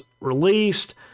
released